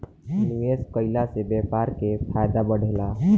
निवेश कईला से व्यापार के फायदा बढ़ेला